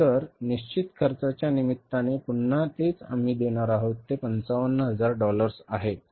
नंतर निश्चित खर्चाच्या निमित्ताने पुन्हा तेच आम्ही देणार आहोत जे 55000 डॉलर्स आहे